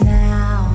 now